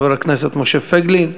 חבר הכנסת משה פייגלין,